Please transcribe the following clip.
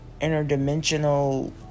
interdimensional